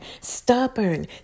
Stubborn